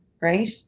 right